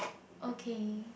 okay